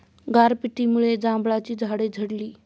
गारपिटीमुळे जांभळाची झाडे झडली